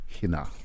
Hina